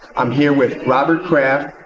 i'm here with robert kraft,